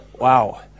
wow